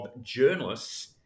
journalists